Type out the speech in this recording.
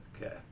Okay